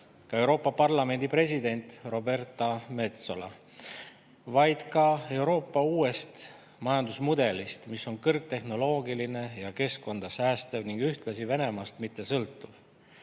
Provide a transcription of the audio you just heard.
ka Euroopa Parlamendi president Roberta Metsola –, vaid ka Euroopa uuest majandusmudelist, mis on kõrgtehnoloogiline ja keskkonda säästev ning ühtlasi Venemaast mitte sõltuv.